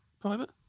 private